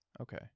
okay